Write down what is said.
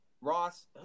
Ross